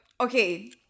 okay